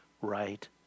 right